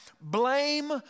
Blame